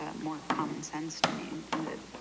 ah more common sense to me and, if